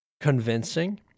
convincing